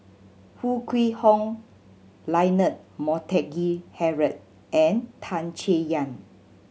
Foo Kwee Horng Leonard Montague Harrod and Tan Chay Yan